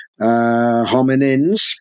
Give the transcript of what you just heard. hominins